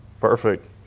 Perfect